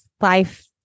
life